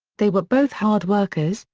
they were both hard workers,